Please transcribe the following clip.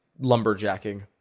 lumberjacking